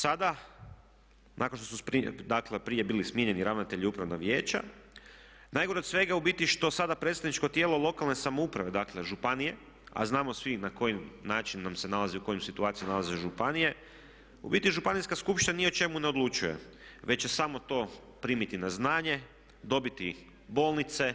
Sada nakon što su dakle prije bili smijenjeni ravnatelji upravnog vijeća, najgore od svega u biti što sada predstavničko tijelo lokalne samouprave, dakle županije, a znamo svi na koji način nam se nalazi, u kojim situacijama nalaze županije u biti Županijska skupština ni o čemu ne odlučuje već je samo to primiti na znanje, dobiti bolnice,